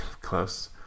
Close